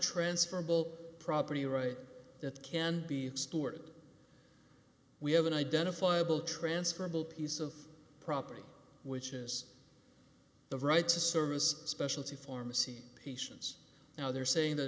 transferable property right that can be exported we have an identifiable transferable piece of property which has the right to service specialty pharmacy patients now they're saying that